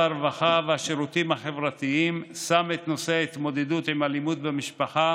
הרווחה והשירותים החברתיים שם את נושא ההתמודדות עם אלימות במשפחה